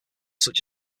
such